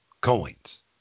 coins